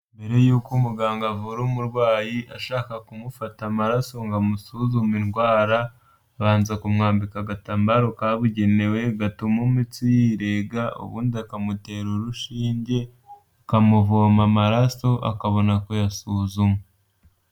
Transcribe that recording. Mbere yuko umuganga avura umurwayi ashaka kumufata amaraso ngo amusuzume indwara, abanza kumwambika agatambaro kabugenewe gatuma imitsi yirega, ubundi akamutera urushinge, akamuvoma amaraso akabona kumusuzuma.